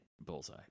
bullseye